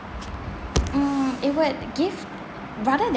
mm it would give rather tha~